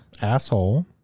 Asshole